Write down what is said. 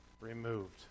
removed